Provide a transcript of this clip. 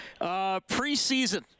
Preseason